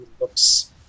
looks